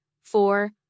four